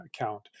account